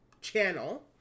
channel